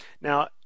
Now